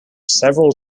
several